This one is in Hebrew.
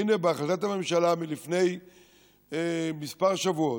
הינה, בהחלטת הממשלה לפני כמה שבועות,